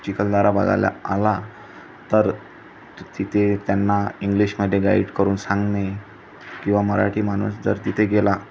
चिखलदारा बघायला आला तर तिथे त्यांना इंग्लिशमध्ये गाईड करून सांगणे किंवा मराठी माणूस जर तिथे गेला